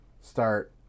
start